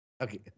Okay